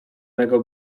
mego